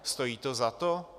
Stojí to za to?